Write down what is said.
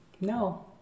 no